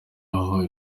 aho